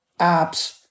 apps